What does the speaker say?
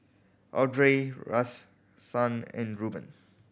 Audrey Rahsaan and Ruben